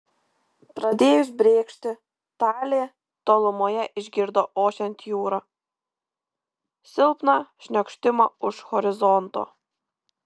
pradėjus brėkšti talė tolumoje išgirdo ošiant jūrą silpną šniokštimą už horizonto